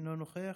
אינו נוכח,